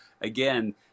again